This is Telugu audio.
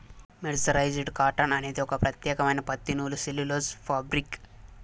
మెర్సరైజ్డ్ కాటన్ అనేది ఒక ప్రత్యేకమైన పత్తి నూలు సెల్యులోజ్ ఫాబ్రిక్